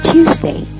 Tuesday